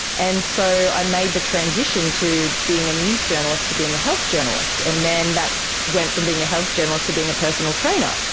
and so i made the transition to being a news journalist to being a health journalist, and then that went from being a health journalist to being a personal trainer.